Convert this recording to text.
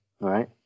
right